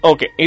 Okay